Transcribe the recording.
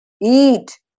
Eat